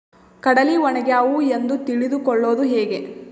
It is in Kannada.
ಕಡಲಿ ಒಣಗ್ಯಾವು ಎಂದು ತಿಳಿದು ಕೊಳ್ಳೋದು ಹೇಗೆ?